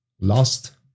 last